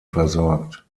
versorgt